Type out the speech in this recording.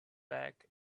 back